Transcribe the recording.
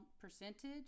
percentage